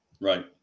right